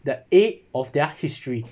the aid of their history